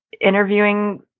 interviewing